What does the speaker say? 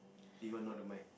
he got not the mike